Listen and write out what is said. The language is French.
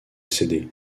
cédé